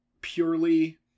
purely